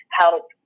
help